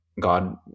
God